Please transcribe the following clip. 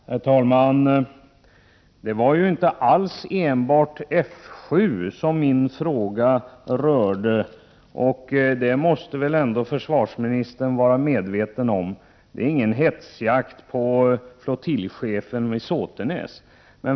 Herr talman! Det var inte alls enbart F 7 som min fråga rörde — det måste väl ändå försvarsministern vara medveten om? Det är ingen hetsjakt på flottiljchefen vid Såtenäs.